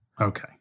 Okay